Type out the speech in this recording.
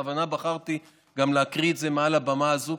ובכוונה בחרתי גם להקריא את זה מעל הבמה הזאת,